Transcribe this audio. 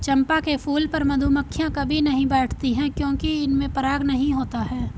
चंपा के फूल पर मधुमक्खियां कभी नहीं बैठती हैं क्योंकि इसमें पराग नहीं होता है